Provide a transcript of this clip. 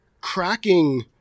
cracking